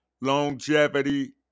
Longevity